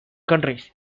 countries